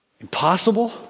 impossible